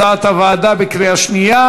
סעיפים 2 ו-3 אושרו כהצעת הוועדה בקריאה שנייה.